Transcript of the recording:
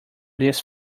this